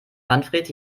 manfred